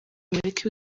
amerika